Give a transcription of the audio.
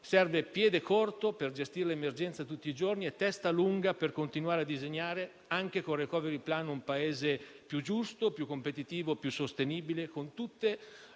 Serve piede corto per gestire l'emergenza tutti i giorni e testa lunga per continuare a disegnare, anche con il *recovery plan*, un Paese più giusto, più competitivo, più sostenibile, con tutti i